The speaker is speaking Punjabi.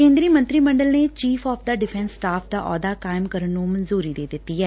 ਕੋਂਦਰੀ ਮੰਤਰੀ ਮੰਡਲ ਨੇ chief of 'the defence staff ਦਾ ਅਹੁਦਾ ਕਾਇਮ ਕਰਨ ਨੂੰ ਮਨਜੁਰੀ ਦੇ ਦਿੱਤੀ ਏ